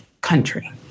country